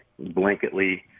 blanketly